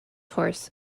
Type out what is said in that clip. horse